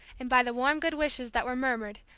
and by the warm good wishes that were murmured,